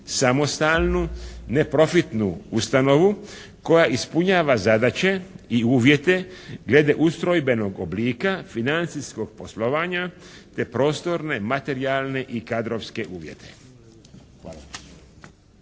samostalnu neprofitnu ustanovu koja ispunjava zadaće i uvjete glede ustrojbenog oblika, financijskog poslovanja te prostorne, materijalne i kadrovske uvjete.